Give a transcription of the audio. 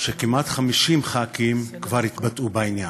שכמעט 50 חברי כנסת כבר התבטאו בעניין.